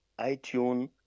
iTunes